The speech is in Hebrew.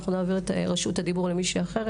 אנחנו נעביר את רשות הדיבור למישהי אחרת.